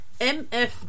MF